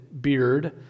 beard